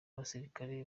abasirikare